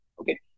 Okay